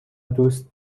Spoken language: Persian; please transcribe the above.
دوست